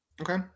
Okay